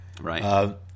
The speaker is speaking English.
Right